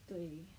对